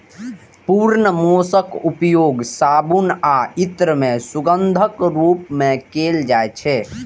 पूर्ण मोमक उपयोग साबुन आ इत्र मे सुगंधक रूप मे कैल जाइ छै